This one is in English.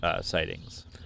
sightings